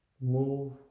move